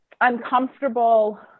uncomfortable